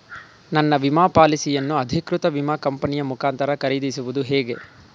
ನನ್ನ ವಿಮಾ ಪಾಲಿಸಿಯನ್ನು ಅಧಿಕೃತ ವಿಮಾ ಕಂಪನಿಯ ಮುಖಾಂತರ ಖರೀದಿಸುವುದು ಹೇಗೆ?